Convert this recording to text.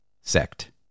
sect